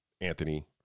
Anthony